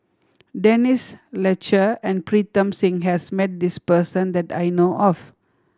Denise Fletcher and Pritam Singh has met this person that I know of